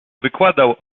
wykładał